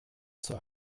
zur